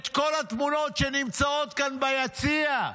את כל התמונות שנמצאות כאן ביציע.